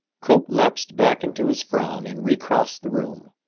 cope lapsed back into his frown and recrossed the room.